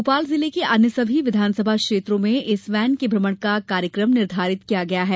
भोपाल जिले के अन्य सभी विधानसभा क्षेत्रों में इस वैन के भ्रमण का कार्यक्रम निर्धारित किया गया है